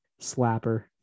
slapper